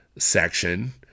section